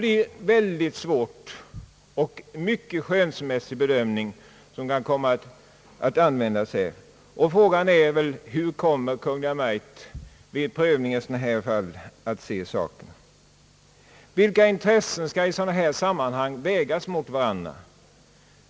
Det kan bli fråga om en svår och mycket skönsmässig bedömning, och frågan är hur Kungl. Maj:t kommer att se saken vid prövning av sådana här fall. Vilka intressen skall i det här sammanhanget vägas mot varandra?